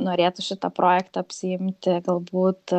norėtų šitą projektą apsiimti galbūt